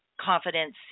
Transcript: confidence